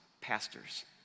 pastors